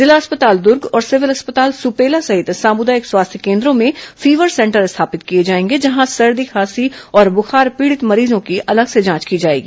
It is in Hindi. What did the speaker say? जिला अस्पताल दुर्ग और सिविल अस्पताल सुपेला सहित सामूदायिक स्वास्थ्य केन्द्रों में फीवर सेंटर स्थापित किए जाएंगे जहां सर्दी खांसी और बुखार पीड़ित मरीजों की अलग से जांच की जाएगी